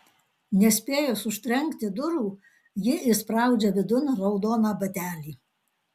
nespėjus užtrenkti durų ji įspraudžia vidun raudoną batelį